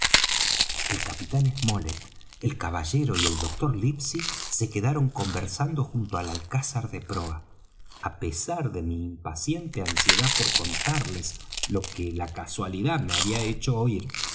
el capitán smollet el caballero y el doctor livesey se quedaron conversando junto al alcázar de proa á pesar de mi impaciente ansiedad por contarles lo que la casualidad me había hecho oir